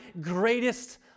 greatest